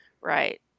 right